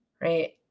right